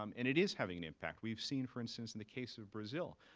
um and it is having an impact. we've seen, for instance, in the case of brazil,